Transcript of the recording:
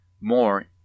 more